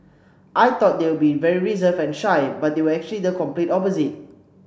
I thought they would be very reserved and shy but they were actually the complete opposite